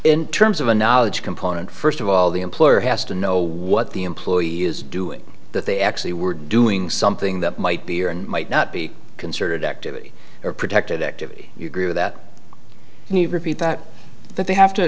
in terms of a knowledge component first of all the employer has to know what the employee is doing that they actually were doing something that might be or might not be considered activity or protected activity you agree with that and you repeat that that they have to